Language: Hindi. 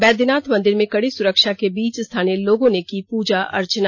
बैघनाथ मंदिर में कडी सुरक्षा के बीच स्थानीय लोगों ने की पुजा अर्चना